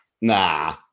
Nah